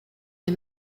des